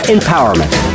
Empowerment